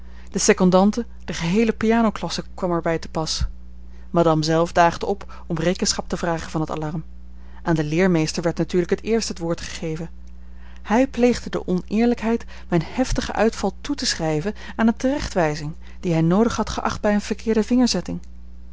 de secondante de geheele pianoklasse kwam er bij te pas madame zelf daagde op om rekenschap te vragen van het alarm aan den leermeester werd natuurlijk het eerst het woord gegeven hij pleegde de oneerlijkheid mijn heftigen uitval toe te schrijven aan eene terechtwijzing die hij noodig had geacht bij eene verkeerde